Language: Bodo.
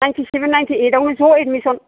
नाइन्टि सेबेन नाइन्टि एइद आवनो ज' एदमिसन